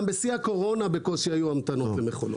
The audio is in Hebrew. גם בשיא הקורונה בקושי היו המתנות למכולות.